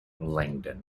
langdon